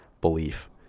belief